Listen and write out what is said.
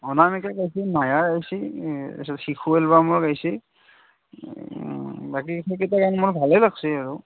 অনামিকা গাইছে মায়া গাইছে তাৰপাছত শিশু এলবামো গাইছে বাকী সেইকেইটা গান মোৰ ভালে লাগিছে বাৰু